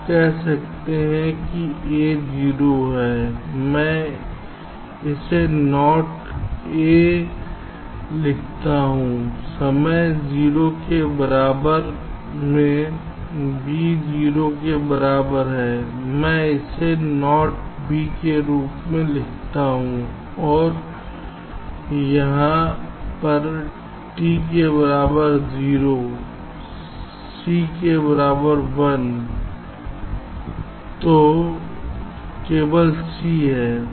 आप कह रहे हैं कि a 0 है मैं इसे NOT a लिखता हूँसमय 0 के बराबर में b 0 के बराबर मैं इसे NOT b के रूप में लिखता हूँ और यहाँ पर t के बराबर 0 c के बराबर 1 है जो केवल c है